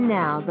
now